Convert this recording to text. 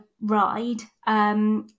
ride